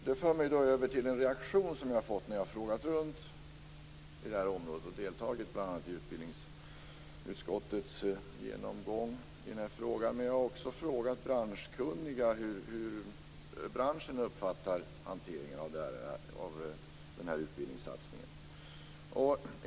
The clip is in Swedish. Detta leder mig över till en reaktion som jag har mött när jag har frågat runt på detta område. Jag har bl.a. deltagit i utbildningsutskottets genomgång i den här frågan. Jag har också frågat branschkunniga hur branschen uppfattar hanteringen av den här utbildningssatsningen.